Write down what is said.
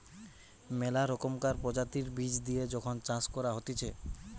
মেলা রকমকার প্রজাতির বীজ দিয়ে যখন চাষ করা হতিছে